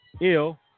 Ill